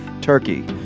Turkey